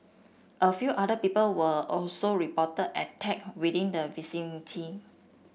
a few other people were also reported attacked within the vicinity